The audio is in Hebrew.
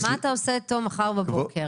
מה אתה עושה איתו מחר בבוקר?